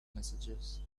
messages